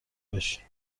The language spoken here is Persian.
بشین